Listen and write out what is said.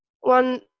one